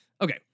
Okay